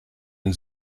den